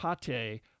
Pate